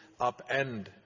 upend